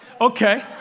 Okay